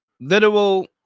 literal